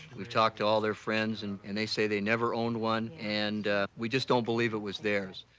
we've talked to all their friends, and and they say they never owned one. and we just don't believe it was theirs.